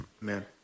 man